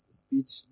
speech